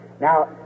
Now